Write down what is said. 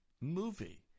movie